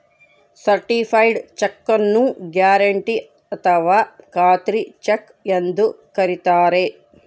certified cheque ನ್ನು guarantee ಅಥಾವ ಖಾತ್ರಿ ಚೆಕ್ ಎಂದು ಕರಿತಾರೆ